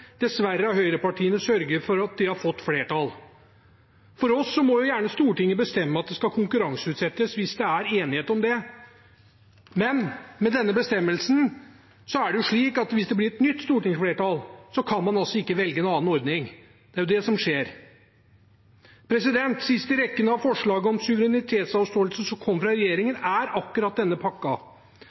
Dessverre har høyrepartiene sørget for at de har fått flertall. For oss må gjerne Stortinget bestemme at det skal konkurranseutsettes hvis det er enighet om det, men med denne bestemmelsen er det slik at hvis det blir et nytt stortingsflertall, kan man ikke velge en annen ordning. Det er det som skjer. Sist i rekken av forslag om suverenitetsavståelse som kom fra regjeringen, er akkurat denne